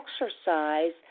exercise